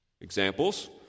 Examples